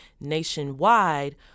nationwide